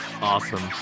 Awesome